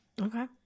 Okay